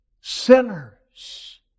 sinners